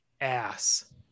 ass